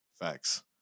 Facts